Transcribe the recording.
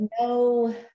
no